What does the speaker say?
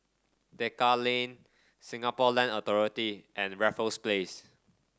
Tekka Lane Singapore Land Authority and Raffles Place